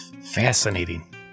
Fascinating